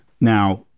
Now